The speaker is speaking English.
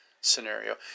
scenario